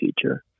future